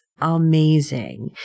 amazing